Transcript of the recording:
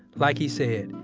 like he said,